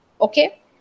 Okay